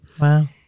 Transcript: Wow